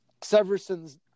Seversons